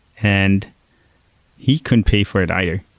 and he couldn't pay for it either.